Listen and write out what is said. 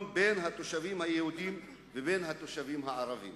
בין התושבים היהודים לבין התושבים הערבים.